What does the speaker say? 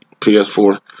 PS4